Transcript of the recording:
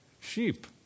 sheep